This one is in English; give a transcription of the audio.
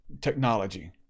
technology